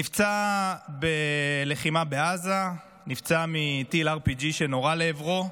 הוא נפצע בלחימה בעזה, נפצע מטיל RPG שנורה לעברו.